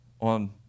on